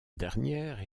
dernière